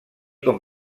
com